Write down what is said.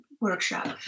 workshop